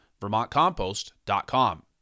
VermontCompost.com